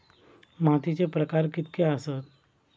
मातीचे प्रकार कितके आसत?